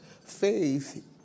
faith